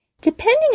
Depending